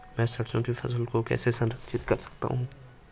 मैं सरसों की फसल को कैसे संरक्षित कर सकता हूँ?